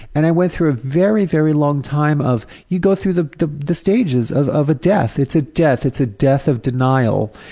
and i went through a very, very long time of you go through the the stages of of a death. it's a death. it's a death of denial.